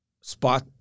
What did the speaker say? spot